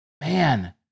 Man